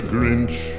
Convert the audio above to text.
Grinch